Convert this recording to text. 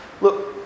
Look